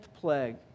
plague